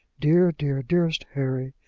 dear, dear, dearest harry.